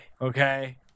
okay